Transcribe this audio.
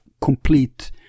complete